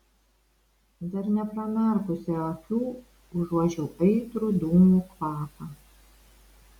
dar nepramerkusi akių užuodžiau aitrų dūmų kvapą